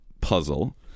puzzle